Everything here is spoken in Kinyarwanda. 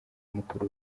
mukuru